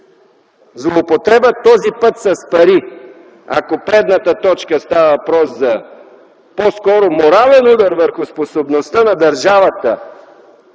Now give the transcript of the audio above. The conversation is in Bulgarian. злоупотреба този път с пари. Ако в предишната точка ставаше въпрос по-скоро за морален удар върху способността на държавата